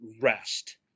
rest